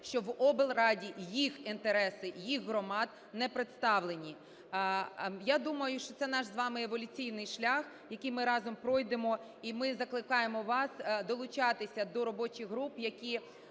що в облраді їх інтереси їх громад не представлені. Я думаю, що це наш з вами еволюційний шлях, який ми разом пройдемо. І ми закликаємо вас долучатися до робочих груп, які